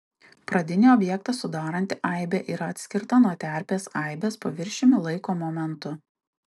pradinį objektą sudaranti aibė yra atskirta nuo terpės aibės paviršiumi laiko momentu